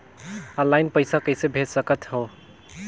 Online पइसा कइसे भेज सकत हो?